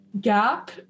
Gap